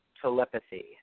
telepathy